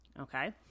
Okay